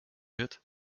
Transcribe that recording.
wird